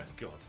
God